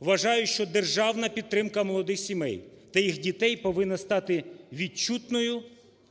Вважаю, що державна підтримка молодих сімей та їх дітей повинна стати відчутною